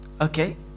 okay